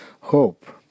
hope